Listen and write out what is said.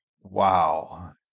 wow